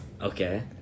Okay